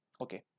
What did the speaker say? Okay